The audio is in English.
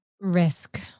Risk